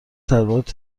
تبلیغات